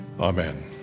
Amen